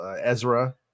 Ezra